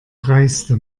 dreiste